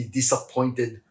disappointed